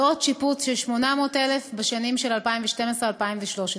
ובעוד שיפוץ של 800,000 בשנים 2012 ו-2013.